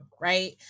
Right